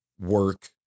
work